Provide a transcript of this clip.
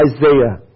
Isaiah